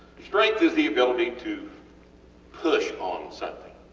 strength is the ability to push on something,